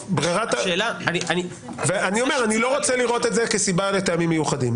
אני אומר שאני לא רוצה לראות את זה כסיבה לטעמים מיוחדים.